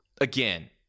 again